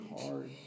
hard